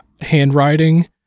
handwriting